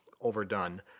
overdone